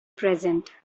present